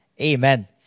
Amen